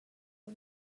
the